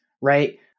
right